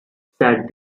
said